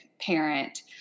parent